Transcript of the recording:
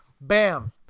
bam